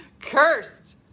cursed